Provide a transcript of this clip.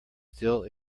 still